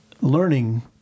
learning